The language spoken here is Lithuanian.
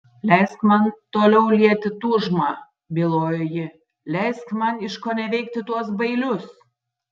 leisk man toliau lieti tūžmą bylojo ji leisk man iškoneveikti tuos bailius